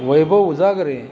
Vaibhav Ujagare